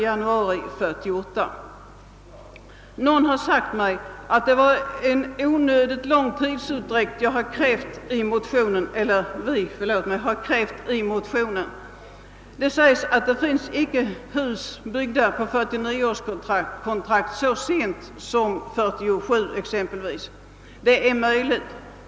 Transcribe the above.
1948. Någon har sagt mig att vi i motionen krävt en onödigt lång tidsutdräkt. Det påstås exempelvis att det inte finns hus byggda på 49-årskontrakt så sent som 1947, och det är möjligt.